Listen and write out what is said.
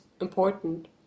important